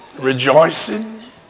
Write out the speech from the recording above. rejoicing